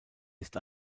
ist